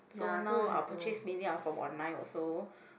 so now our purchase mainly are from online also